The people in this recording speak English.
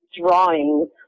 drawings